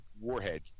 Warhead